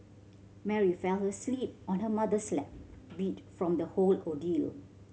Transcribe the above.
Mary fell asleep on her mother's lap beat from the whole ordeal